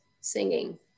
singing